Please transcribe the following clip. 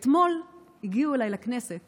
אתמול הגיעו אליי לכנסת